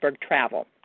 Travel